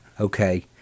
okay